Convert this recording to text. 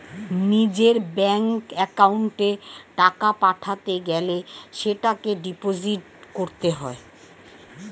নিজের ব্যাঙ্ক অ্যাকাউন্টে টাকা পাঠাতে গেলে সেটাকে ডিপোজিট করতে হয়